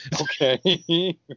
Okay